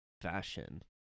fashion